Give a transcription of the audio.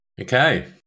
Okay